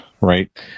right